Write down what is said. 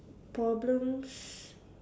problems